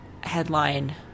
headline